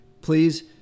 Please